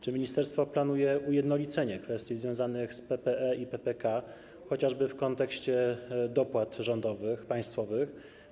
Czy ministerstwo planuje ujednolicenie kwestii związanych z PPE i PPK, chociażby w kontekście dopłat rządowych, państwowych?